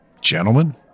Gentlemen